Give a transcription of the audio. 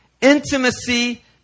Intimacy